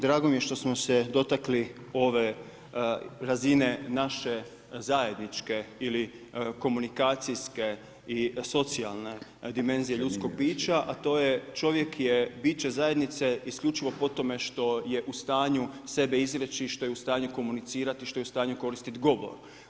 Drago mi je što smo se dotakli ove razine naše zajedničke ili komunikacijske i socijalne dimenzije ljudskog bića, a to je čovjek je biće zajednice isključivo po tome što je u stanju sebe izreći, što je u stanju komunicirati, što je u stanju koristit govor.